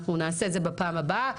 אנחנו נעשה את זה בפעם הבאה.